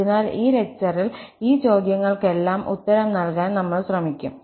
അതിനാൽ ഈ ലെക്ചറിൽ ഈ ചോദ്യങ്ങൾക്കെല്ലാം ഉത്തരം നൽകാൻ നമ്മൾ ശ്രമിക്കും